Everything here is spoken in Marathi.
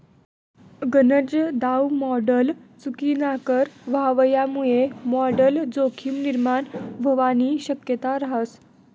गनज दाव मॉडल चुकीनाकर व्हवामुये मॉडल जोखीम निर्माण व्हवानी शक्यता रहास